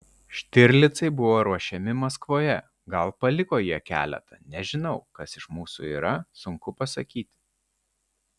štirlicai buvo ruošiami maskvoje gal paliko jie keletą nežinau kas iš mūsų yra sunku pasakyti